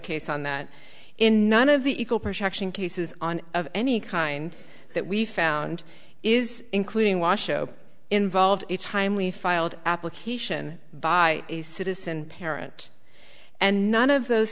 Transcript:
case on that in none of the equal protection cases on of any kind that we found is including washoe involved a timely filed application by a citizen parent and none of those